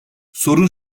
sorun